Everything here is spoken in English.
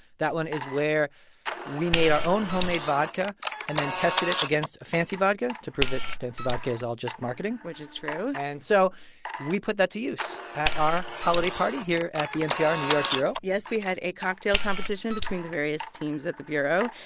that one is where we made our own homemade vodka and then tested it against fancy vodka to prove that fancy vodka is all just marketing which is true and so we put that to use at our holiday party here at the npr new york bureau yes, we had a cocktail competition between the various teams at the bureau.